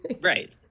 Right